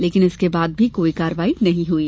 लेकिन इसके बाद भी कोई कार्यवाई नहीं हुई